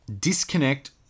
disconnect